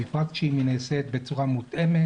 בפרט אם היא נעשית בצורה מותאמת,